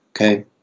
okay